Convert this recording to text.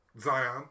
Zion